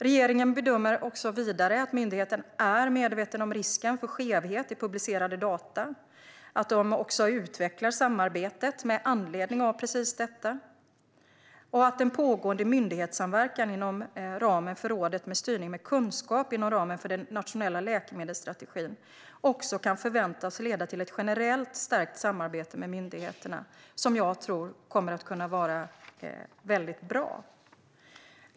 Regeringen bedömer att myndigheterna är medvetna om risken för skevhet i publicerade data och att de också utvecklar samarbetet med anledning av precis detta och att den pågående myndighetssamverkan, inom ramen för rådet med styrning med kunskap och inom ramen för den nationella läkemedelsstrategin, också kan förväntas leda till ett generellt stärkt samarbete med myndigheterna som jag tror kommer att kunna vara mycket bra.